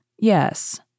Yes